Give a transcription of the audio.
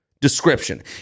description